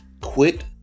Quit